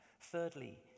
Thirdly